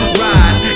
ride